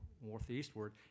northeastward